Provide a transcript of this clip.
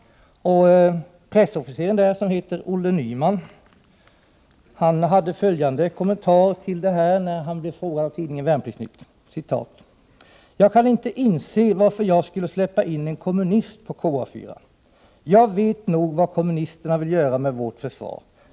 Pressofficeren där, som heter Olle Nyman, hade följande kommentar när han blev kontaktad av tidningen Värnplikts-Nytt: ”Jag kan inte inse varför jag skulle släppa in en kommunist på KA 4. Jag vet nog vad kommunisterna vill göra med vårt försvar.